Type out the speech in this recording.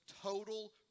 total